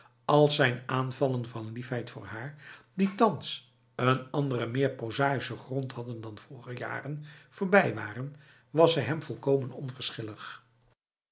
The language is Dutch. als zijn aanvallen van liefheid voor haar die thans een andere meer prozaïsche grond hadden dan vroeger jaren voorbij waren was zij hem volkomen